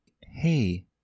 Hey